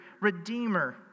Redeemer